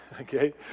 okay